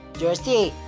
jersey